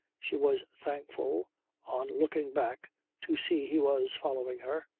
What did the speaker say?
she was thankful on looking back to see he was following her.